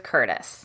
Curtis